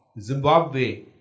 Zimbabwe